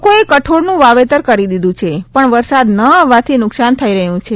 લોકોએ કઠોળનું વાવેતર કરી દીધું છે પણ વરસાદ ન આવવાથી નુકસાન થઇ રહ્યું છે